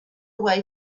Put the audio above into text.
away